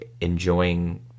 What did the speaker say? enjoying